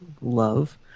love